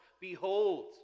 Behold